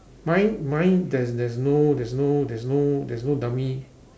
mine mine there's there's no there's no there's no there's no dummy